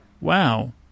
wow